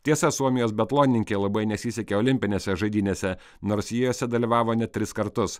tiesa suomijos biatlonininkei labai nesisekė olimpinėse žaidynėse nors ji jose dalyvavo net tris kartus